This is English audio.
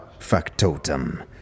Factotum